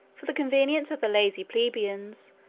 for the convenience of the lazy plebeians,